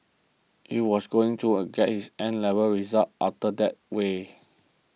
he was going to get his 'N' level results after that way